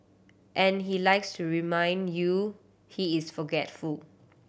and he likes to remind you he is forgetful